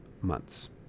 months